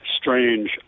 strange